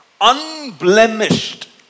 Unblemished